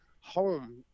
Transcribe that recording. home